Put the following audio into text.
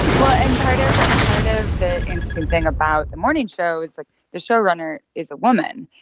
yeah well, and part of part of the interesting thing about the morning show is, like, the showrunner is a woman.